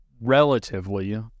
relatively